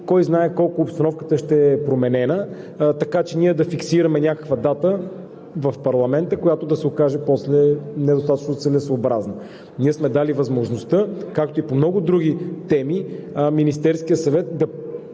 кой знае колко, обстановката ще е променена, така че ние да фиксираме някаква дата в парламента, която да се окаже после недостатъчно целесъобразна. Ние сме дали възможността, както и по много други теми, Министерският съвет да